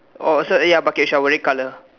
oh also ya bucket shovel red colour